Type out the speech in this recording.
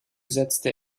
setzte